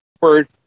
word